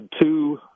two